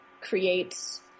creates